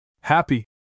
Happy